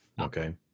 Okay